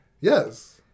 Yes